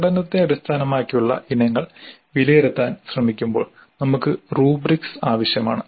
പ്രകടനത്തെ അടിസ്ഥാനമാക്കിയുള്ള ഇനങ്ങൾ വിലയിരുത്താൻ ശ്രമിക്കുമ്പോൾ നമുക്ക് റുബ്രിക്സ് ആവശ്യമാണ്